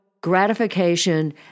Gratification